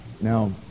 Now